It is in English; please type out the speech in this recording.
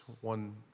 one